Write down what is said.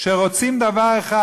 שרוצים דבר אחד: